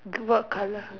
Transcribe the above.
what colour